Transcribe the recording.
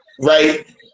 right